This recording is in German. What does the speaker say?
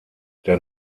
der